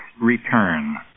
return